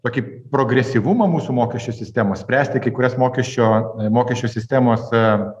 tokį progresyvumą mūsų mokesčių sistemos spręsti kai kurias mokesčio mokesčių sistemose